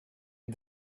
and